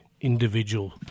individual